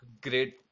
great